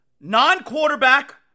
Non-quarterback